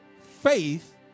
faith